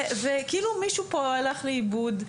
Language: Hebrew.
וכאילו מישהו פה הלך לאיבוד.